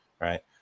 right